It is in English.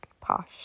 posh